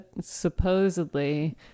supposedly